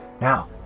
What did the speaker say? Now